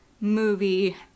movie